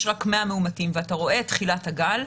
אתה ראוה תחילת הגל,